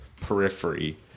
periphery